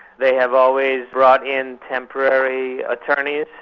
they have always brought in temporary attorneys,